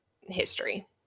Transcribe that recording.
history